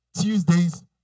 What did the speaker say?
Tuesdays